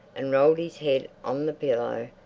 and rolled his head on the pillow.